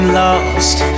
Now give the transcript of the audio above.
lost